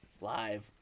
Live